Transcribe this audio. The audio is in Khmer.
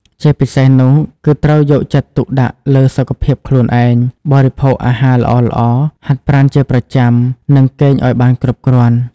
ជាពិសេសនោះ គឺត្រូវយកចិត្តទុកដាក់លើសុខភាពខ្លួនឯង បរិភោគអាហារល្អៗ ហាត់ប្រាណជាប្រចាំ និងគេងឱ្យបានគ្រប់គ្រាន់។